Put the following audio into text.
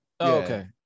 okay